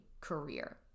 career